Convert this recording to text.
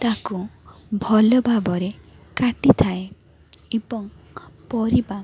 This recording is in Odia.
ତାକୁ ଭଲ ଭାବରେ କାଟିଥାଏ ଏବଂ ପରିବା